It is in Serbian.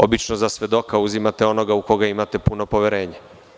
Obično za svedoka uzimate onoga u koga imate puno poverenje.